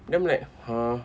then I'm like !huh!